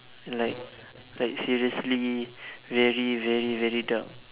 like like seriously very very very dark